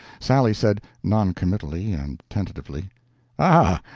sally said, non-committally and tentatively ah,